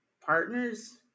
partners